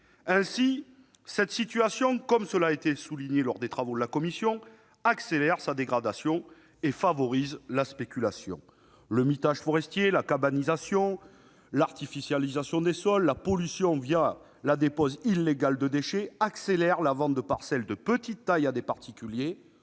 manque d'entretien. Comme cela a été souligné lors des travaux de la commission, cette situation accélère sa dégradation et favorise la spéculation. Le mitage forestier, la « cabanisation », l'artificialisation des sols, la pollution la dépose illégale de déchets, accélèrent la vente de parcelles de petite taille à des particuliers,